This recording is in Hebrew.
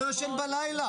הוא לא ישן בלילה.